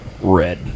red